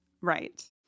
Right